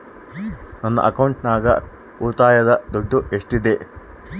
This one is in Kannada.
ನನ್ನ ಅಕೌಂಟಿನಾಗ ಉಳಿತಾಯದ ದುಡ್ಡು ಎಷ್ಟಿದೆ?